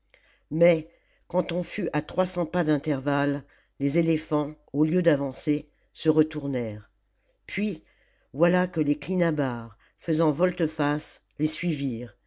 mais quand on fut à trois cents pas d'intervalle les éléphants au lieu d'avancer se retournèrent puis voilà que les clinabares faisant volte-face les suivirent